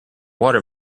water